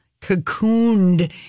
cocooned